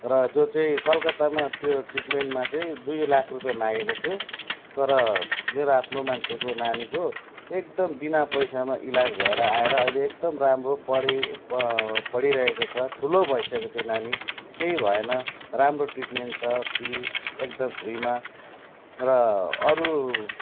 र जो चाहिँ कलकत्तामा त्यो ट्रिटमेन्टमा चाहिँ दुई लाख रुपियाँ मागेको थियो तर मेरो आफ्नो मान्छेको नानीको एकदम बिना पैसामा इलाज भएर आएर अहिले एकदम राम्रो पढी पढी रहेको छ ठुलो भइसक्यो त्यो नानी केही भएन राम्रो ट्रिटमेन्ट छ फ्री एकदम फ्रिमा र अरू